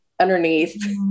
underneath